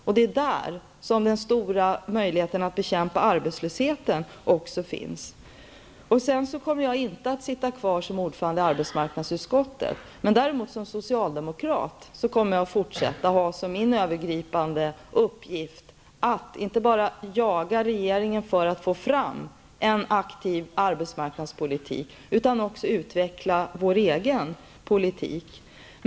Det är också där som den stora möjligheten finns att bekämpa arbetslösheten. Jag kommer inte att sitta kvar som ordförande i arbetsmarknadsutskottet. Däremot kommer jag som socialdemokrat att fortsätta att ha som min övergripande uppgift att inte bara jaga regeringen för att få fram en aktiv arbetsmarknadspolitik, utan också utveckla vår egen politik.